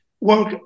work